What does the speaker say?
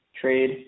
trade